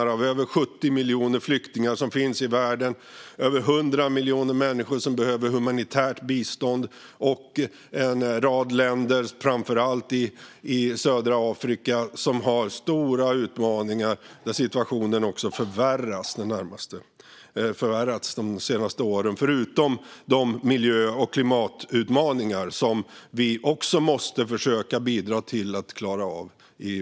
Det finns över 70 miljoner flyktingar i världen. Det är över 100 miljoner människor som behöver humanitärt bistånd. Och en rad länder, framför allt i södra Afrika, har stora utmaningar. Där har situationen också förvärrats de senaste åren. Dessutom finns det miljö och klimatutmaningar i vår omvärld som vi måste försöka bidra till att klara av.